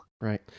Right